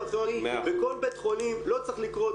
בכל בית חולים לא צריך לקרות.